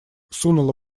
сунула